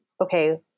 okay